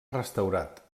restaurat